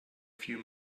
few